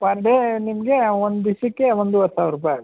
per day ನಿಮಗೆ ಒಂದು ದಿವಸಕ್ಕೆ ಒಂದೂವರೆ ಸಾವಿರ ರೂಪಾಯಿ ಆಗತ್ತೆ